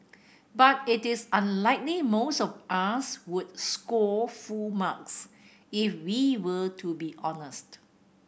but it is unlikely most of us would score full marks if we were to be honest